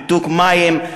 ניתוק מים,